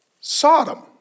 Sodom